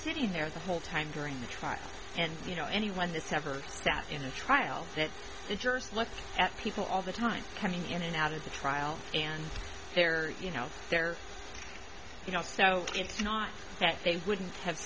sitting there the whole time during the trial and you know anyone that's ever stepped in a trial that the jurors look at people all the time coming in and out of the trial and they're you know they're you know so it's not that they wouldn't have